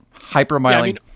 Hypermiling